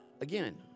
again